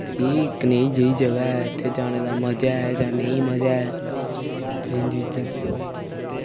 कि कनेही जेही जगह् ऐ इत्थै जाने दा मजा ऐ जां नेईं मजा ऐ एह् चीजां